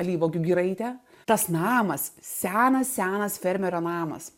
alyvuogių giraitė tas namas senas senas fermerio namas